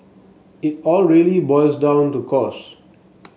it all really boils down to cost